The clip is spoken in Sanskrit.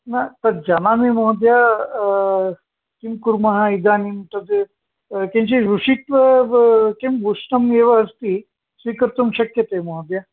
न तद् जानामि महोदय किं कुर्मः इदानीं तत् किञ्चित् रिशित किं विष्टमेव अस्ति स्वीकर्तुं शक्यते महोदय